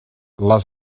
les